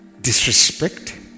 Disrespect